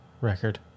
record